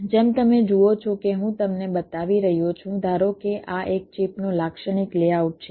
જેમ તમે જુઓ છો કે હું તમને બતાવી રહ્યો છું ધારો કે આ એક ચિપનું લાક્ષણિક લેઆઉટ છે